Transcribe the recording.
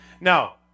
Now